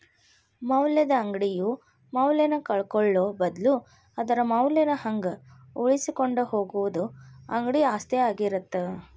ಮೌಲ್ಯದ ಅಂಗಡಿಯು ಮೌಲ್ಯನ ಕಳ್ಕೊಳ್ಳೋ ಬದ್ಲು ಅದರ ಮೌಲ್ಯನ ಹಂಗ ಉಳಿಸಿಕೊಂಡ ಹೋಗುದ ಅಂಗಡಿ ಆಸ್ತಿ ಆಗಿರತ್ತ